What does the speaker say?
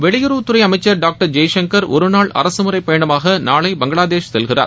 வெளியுறவுத் துறை அமைச்சர் டாக்டர் ஜெய்சங்கர் ஒரு நாள் அரசு முறை பயணமாக நாளை பங்களாதேஷ் செல்கிறார்